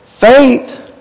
Faith